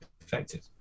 effective